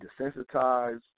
desensitized